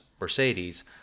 Mercedes